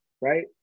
right